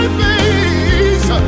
face